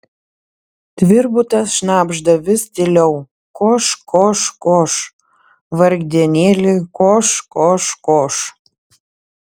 tvirbutas šnabžda vis tyliau koš koš koš vargdienėli koš koš koš